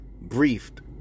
briefed